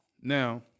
Now